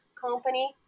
company